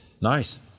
Nice